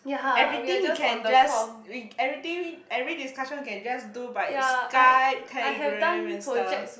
everything we can just we everything every discussion we can just do by Skype telegram and stuff